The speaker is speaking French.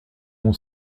mon